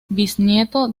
bisnieto